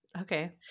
Okay